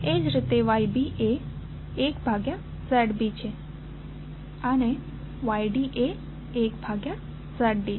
એ જ રીતે YB એ 1 ભાગ્યા ZBછે અને YD એ 1 ભાગ્યા ZD છે